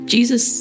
Jesus